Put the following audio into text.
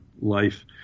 life